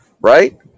Right